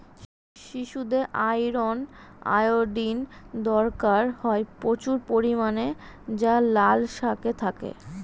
শিশুদের iron, iodine দরকার হয় প্রচুর পরিমাণে যা লাল শাকে থাকে